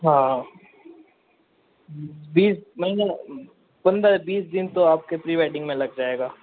हाँ बीस महीना पंद्रह बीस दिन तो आपके प्री वेडिंग में लग जाएगा